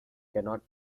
cannot